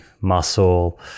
muscle